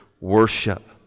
worship